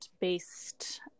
based